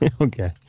okay